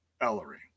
Ellery